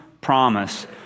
promise